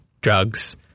drugs